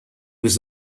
was